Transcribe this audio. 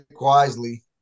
wisely